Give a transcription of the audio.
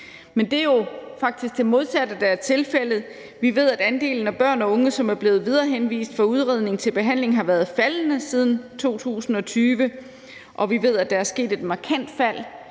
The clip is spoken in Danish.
Men det er jo faktisk det modsatte, der er tilfældet. Vi ved, at andelen af børn og unge, som er blevet viderehenvist for udredning til behandling, har været faldende siden 2020, og vi ved, at der er sket et markant fald